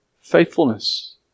faithfulness